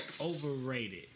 Overrated